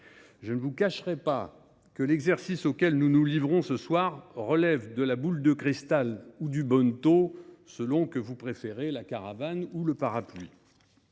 je ne vous cacherai pas que l’exercice auquel nous nous livrons ce soir relève de la boule de cristal ou du bonneteau, selon que vous préférez la caravane ou le parapluie.